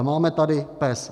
Máme tady PES.